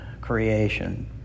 creation